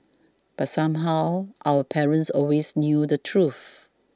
but somehow our parents always knew the truth